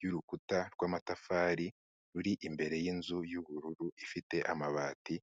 y'urukuta rw'amatafari ruri imbere y'inzu y'ubururu ifite amabati...